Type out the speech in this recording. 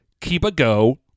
Keep-A-Go